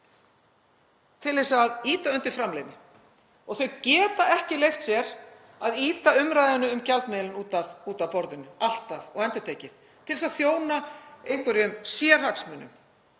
til að ýta undir framleiðni. Þau geta ekki leyft sér að ýta umræðunni um gjaldmiðilinn út af borðinu, alltaf og endurtekið, til að þjóna einhverjum sérhagsmunum,